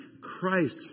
Christ